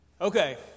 Okay